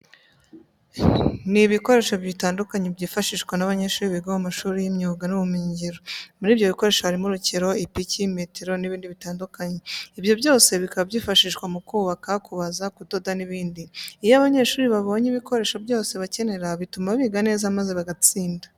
Ni ibikoresho bitandukanye byifashishwa n'abanyeshuri biga mu mashuri y'imyiga n'ubumenyingiro. Muri ibyo bikoresho harimo urukero, ipiki, metero n'ibindi bitandukanye. Ibyo byose bikaba byifashishwa mu kubaka, kubaza, kudoda n'ibindi. Iyo abanyeshuri babanye ibikoresho byose bakenera bituma biga neza maze bagatsinda.